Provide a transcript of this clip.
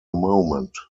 moment